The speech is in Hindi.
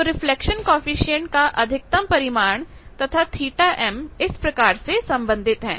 तो रिफ्लेक्शन कॉएफिशिएंट का अधिकतम परिमाण तथा θm इस प्रकार से संबंधित हैं